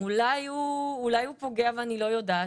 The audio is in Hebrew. אולי הוא פוגע ואני לא יודעת,